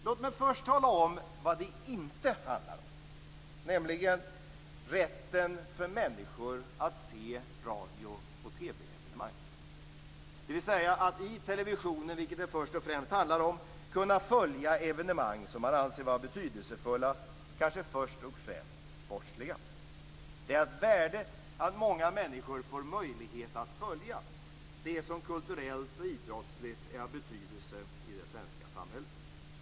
Låt mig först tala om vad det inte handlar om, nämligen rätten för människor att se radio och TV evenemang, dvs. att i televisionen - vilket det först och främst handlar om - kunna följa evenemang som man anser vara betydelsefulla, kanske först och främst sportsliga. Det är av värde att många människor får möjlighet att följa det som kulturellt och idrottsligt är av betydelse i det svenska samhället.